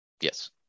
Yes